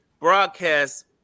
broadcast